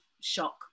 shock